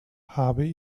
habe